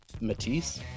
matisse